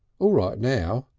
all right now.